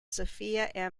sophia